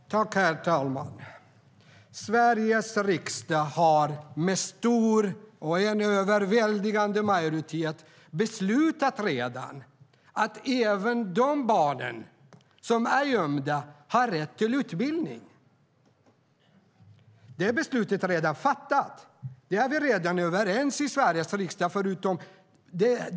STYLEREF Kantrubrik \* MERGEFORMAT Utbildning för nyanlända elever - mottagande och skolgångHerr talman! Sveriges riksdag har redan, med en stor och överväldigande majoritet, beslutat att även de barn som är gömda har rätt till utbildning. Det beslutet är redan fattat. Sveriges riksdag är redan överens om det, förutom Sverigedemokraterna.